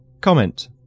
comment